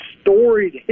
storied